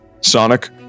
sonic